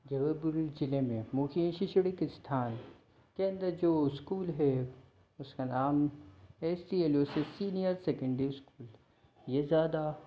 जबलपुर जिले में मुख्य शैक्षणिक स्थान के अंदर जो स्कूल है उसका नाम S T Aloysius senior secondary ये ज़्यादा